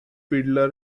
fiddler